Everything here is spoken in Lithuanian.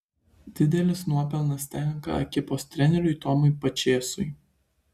didelis nuopelnas tenka ekipos treneriui tomui pačėsui